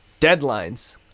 deadlines